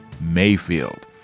Mayfield